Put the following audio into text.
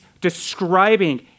describing